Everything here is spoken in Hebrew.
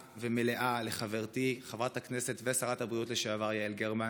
ומלאה לחברתי חברת הכנסת ושרת הבריאות לשעבר יעל גרמן,